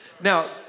Now